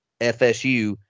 FSU